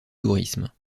tourisme